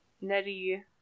Nettie